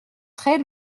très